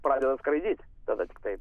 pradeda skraidyti tada tiktai